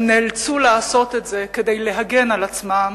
הם נאלצו לעשות את זה כדי להגן על עצמם